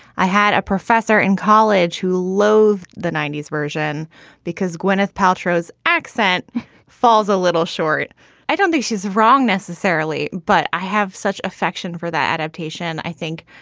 i had a professor in college who loathed the ninety s version because gwyneth paltrow's accent falls a little short i don't think she's wrong necessarily, but i have such affection for that adaptation, i think.